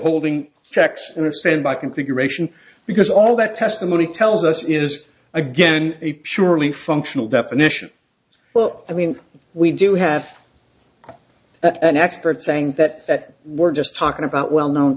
holding checks in a standby configuration because all that testimony tells us is again a purely functional definition well i mean we do have an expert saying that we're just talking about well known